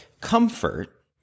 comfort